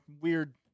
weird